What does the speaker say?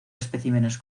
especímenes